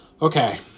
Okay